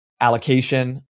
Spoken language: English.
allocation